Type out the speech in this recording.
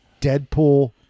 Deadpool